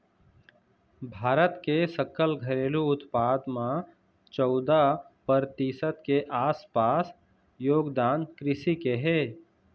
भारत के सकल घरेलू उत्पाद म चउदा परतिसत के आसपास योगदान कृषि के हे